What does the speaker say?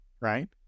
right